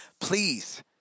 Please